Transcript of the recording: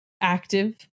active